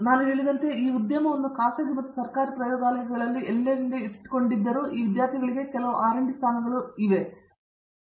ನಾನು ಹೇಳಿದಂತೆ ನಾವು ಈ ಉದ್ಯಮವನ್ನು ಖಾಸಗಿ ಮತ್ತು ಸರ್ಕಾರಿ ಪ್ರಯೋಗಾಲಯಗಳಲ್ಲಿ ಎಲ್ಲೆಲ್ಲಿ ಇಟ್ಟುಕೊಂಡಿದ್ದರೂ ಈ ವಿದ್ಯಾರ್ಥಿಗಳಿಗೆ ಕೆಲವು ಆರ್ಡಿ ಸ್ಥಾನಗಳನ್ನು ನಾವು ಹೊಂದಿದ್ದೇವೆ